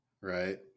right